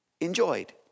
enjoyed